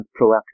proactive